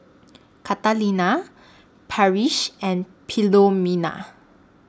Catalina Parrish and Philomena